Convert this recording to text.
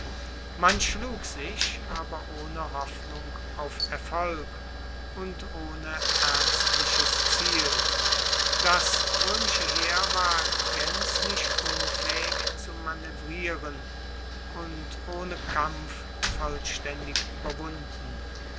man schlug sich aber ohne hoffnung auf erfolg und ohne ernstliches ziel das roemische heer war gaenzlich unfaehig zu manoevrieren und ohne kampf vollstaendig ueberwunden